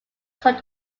took